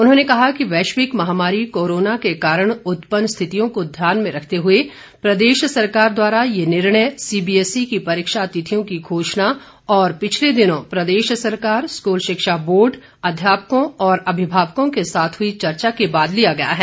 उन्होंने कहा कि वैश्विक महामारी कोरोना के कारण उत्पन्न स्थितियों को ध्यान में रखते हुए प्रदेश सरकार द्वारा यह निर्णय सीबीएसई की परीक्षा तिथियों की घोषणा और पिछले दिनों प्रदेश सरकार स्कूल शिक्षा बोर्ड अध्यापकों व अभिभावकों के साथ हुई चर्चा के बाद लिया गया है